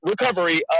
recovery